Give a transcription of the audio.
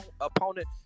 opponent